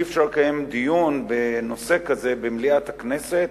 אי-אפשר לקיים דיון בנושא כזה במליאת הכנסת,